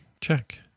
check